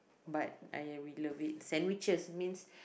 but I we love it sandwiches means